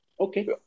Okay